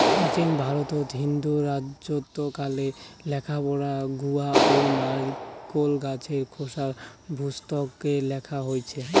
প্রাচীন ভারতত হিন্দু রাজত্বকালে লেখাপড়া গুয়া ও নারিকোল গছের খোসার ভূর্জত্বকে লেখা হইচে